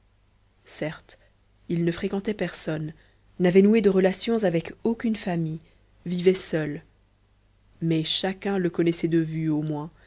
certes il ne fréquentait personne n'avait noué de relations avec aucune famille vivait seul mais chacun le connaissait de vue au moins